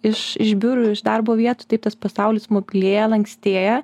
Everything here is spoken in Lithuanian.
iš iš biurų iš darbo vietų taip tas pasaulis mobilėja lankstėja